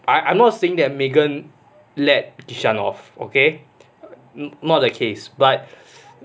I I'm not saying that megan led kishan off okay not the case but